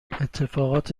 اتفاقات